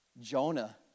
Jonah